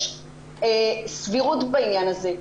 יש סבירות בעניין הזה.